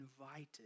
invited